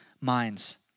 minds